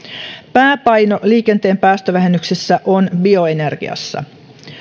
pääpaino liikenteen päästövähennyksissä on bioenergiassa